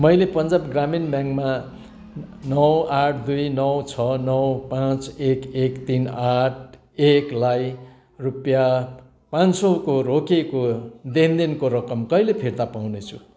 मैले पन्जाब ग्रामीण ब्याङ्कमा नौ आठ दुई नौ छ नौ पाँच एक एक तिन आठ एकलाई रुपियाँ पाँच सौको रोकिएको लेनदेनको रकम कहिले फिर्ता पाउनेछु